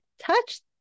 touch